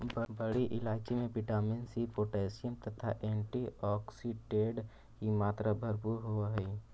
बड़ी इलायची में विटामिन सी पोटैशियम तथा एंटीऑक्सीडेंट की मात्रा भरपूर होवअ हई